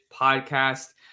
Podcast